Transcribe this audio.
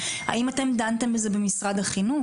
האם אתם דנתם בזה במשרד החינוך?